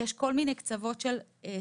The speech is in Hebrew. כי יש כל מיני קצוות של סיטואציות.